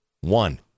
One